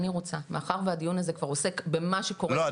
מאחר והדיון הזה כבר עוסק במה שקורה --- לא,